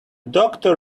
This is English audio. doctor